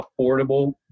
affordable